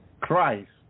Christ